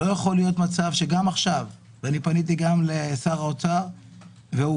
לא ייתכן שגם עכשיו ואני פניתי גם לשר האוצר והוא